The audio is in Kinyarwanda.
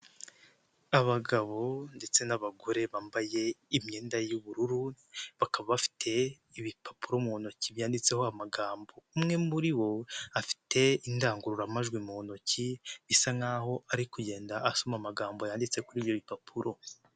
Abagabo ndetse n'abagore bambaye imyenda y'ubururu bakaba bafite ibipapuro mu ntoki byanditseho amagambo, umwe muri bo afite indangururamajwi mu ntoki bisa nkaho ari kugenda asoma amagambo yanditse kuri iyo mpapuro.